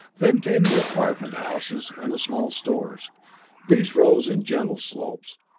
then came the apartment houses and the small stores these rose in gentle slopes,